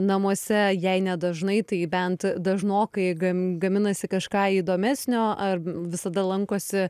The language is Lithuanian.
namuose jei ne dažnai tai bent dažnokai gam gaminasi kažką įdomesnio ar visada lankosi